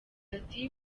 ati